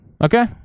Okay